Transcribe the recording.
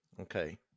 Okay